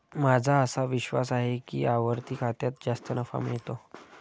माझा असा विश्वास आहे की आवर्ती खात्यात जास्त नफा मिळतो